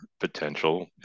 potential